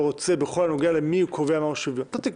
רוצה בכל הנוגע למי קובע מהו שוויון אתה תקבע,